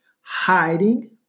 hiding